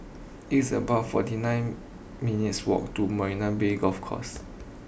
it's about forty nine minutes' walk to Marina Bay Golf Course